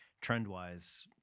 trend-wise